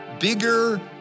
bigger